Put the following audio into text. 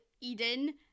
Eden